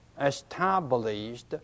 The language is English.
established